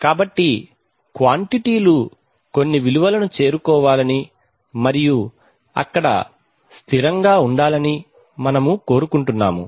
కాబట్టి క్వాంటిటీ లు కొన్ని విలువలను చేరుకోవాలని మరియు అక్కడ స్థిరంగా ఉండాలని మనము కోరుకుంటున్నాము